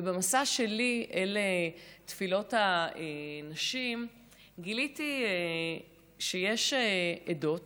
ובמסע שלי אל תפילות הנשים גיליתי שיש עדות